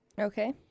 Okay